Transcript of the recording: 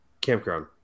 Campground